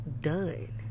done